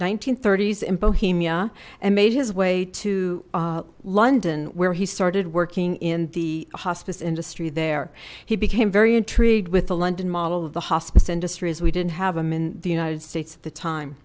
in s in bohemia and made his way to london where he started working in the hospice industry there he became very intrigued with the london model of the hospice industry as we didn't have him in the united states at the time